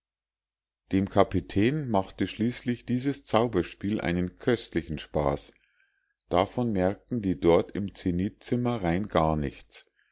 dem kapitän machte schließlich dieses zauberspiel einen köstlichen spaß davon merkten die dort im zenithzimmer rein gar nichts